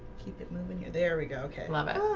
keep it moving here. there we go. okay